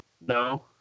no